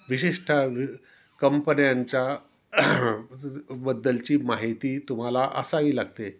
विशिषत वि कंपन्यांच्या बद्दलची माहिती तुम्हाला असावी लागते